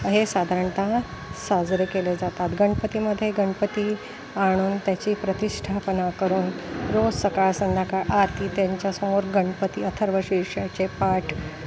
हे साधारणतः साजरे केले जातात गणपतीमध्ये गणपती आणून त्याची प्रतिष्ठापना करून रोज सकाळ संध्याकाळ आरती त्यांच्यासमोर गणपती अथर्वशीर्षाचे पाठ